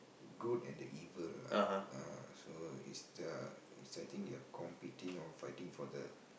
the good and the evil lah ah so is the I think they are competing or fighting for the